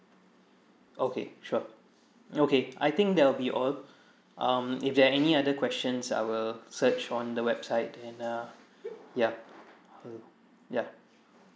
okay sure okay I think that will be all um if there are any other questions I will search on the website and uh yeah uh yeah